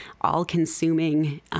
all-consuming